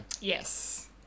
Yes